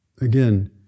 again